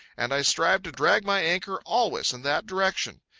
and i strive to drag my anchor always in that direction.